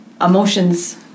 emotions